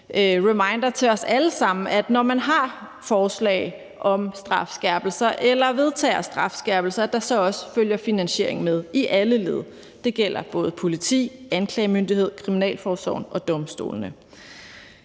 reminder til os alle sammen – at der, når man har forslag om strafskærpelser eller vedtager strafskærpelser, også følger finansiering med i alle led. Det gælder både politiet, anklagemyndigheden, kriminalforsorgen og domstolene.